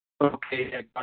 Okay